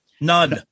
None